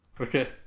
Okay